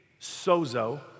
sozo